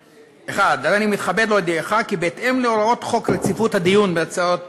1. הריני מתכבד להודיעך כי בהתאם להוראות חוק רציפות הדיון בהצעות חוק,